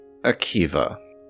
Akiva